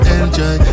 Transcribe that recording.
enjoy